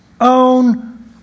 own